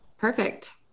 Perfect